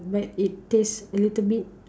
but it taste a little bit